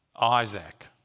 Isaac